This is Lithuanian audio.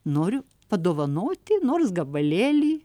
noriu padovanoti nors gabalėlį